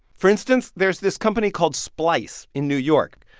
for instance, there's this company called splice in new york.